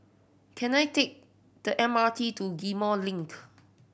can I take the M R T to Ghim Moh Link